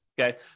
okay